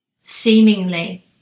seemingly